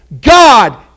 God